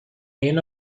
reign